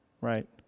right